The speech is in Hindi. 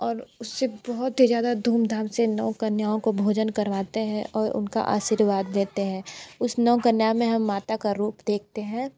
और उसे बहुत ही ज़्यादा धूमधाम से नौ कन्याओं को भोजन करवाते हैं और उनका आशीर्वाद देते हैं उस नौ कन्याओं में हम माता का रूप देखते हैं